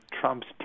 Trump's